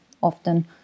often